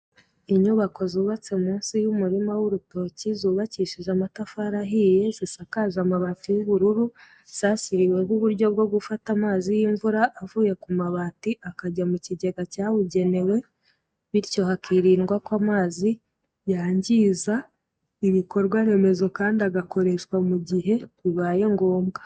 Inyubako zubatse munsi y'umurima w'urutoki, zubakishije amatafari ahiye zisakaje amabati y'ubururu, zashyiriweho uburyo bwo gufata amazi y'imvura avuye ku mabati akajya mu kigega cyabugenewe biryo hakirindwa ko amazi yangiza ibikorwaremezo kandi agakoreshwa mu gihe bibaye ngombwa.